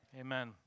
Amen